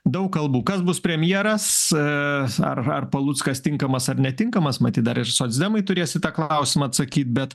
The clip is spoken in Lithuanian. daug kalbų kas bus premjeras ar ar paluckas tinkamas ar netinkamas matyt dar ir socdemai turės į tą klausimą atsakyt bet